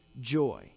joy